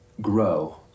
grow